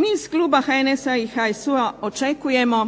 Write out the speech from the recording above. MI iz Kluba HNS-A HSU-a očekujemo